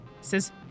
says